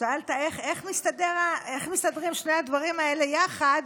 שאלת איך מסתדרים שני הדברים האלה יחד,